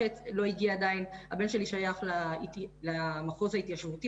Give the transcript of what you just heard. הבן שלי שייך למחוז ההתיישבותי,